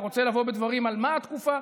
אתה רוצה לבוא בדברים על מה התקופה,